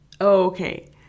okay